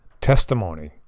testimony